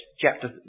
chapter